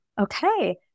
Okay